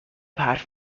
حرف